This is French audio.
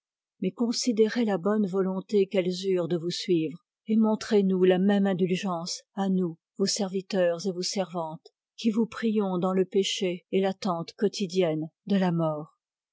mais considérez la bonne volonté qu'elles eurent de vous suivre et montrez-nous la même indulgence à nous vos serviteurs et vos servantes qui vous prions dans le péché et l'allente quotidienne de la mort